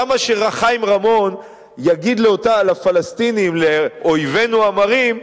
למה שחיים רמון יגיד לפלסטינים, לאויבינו המרים,